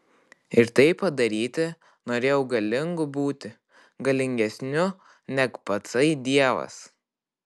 ir tai padaryti norėjau galingu būti galingesniu neg patsai dievas